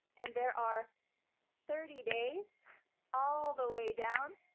and there are thirty days all the way down.